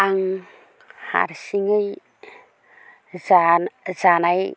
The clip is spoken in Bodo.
आं हारसिंयै जानाय